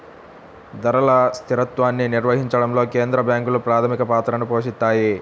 ధరల స్థిరత్వాన్ని నిర్వహించడంలో కేంద్ర బ్యాంకులు ప్రాథమిక పాత్రని పోషిత్తాయి